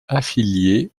affiliée